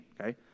okay